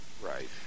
Right